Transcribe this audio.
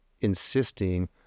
insisting